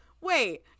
Wait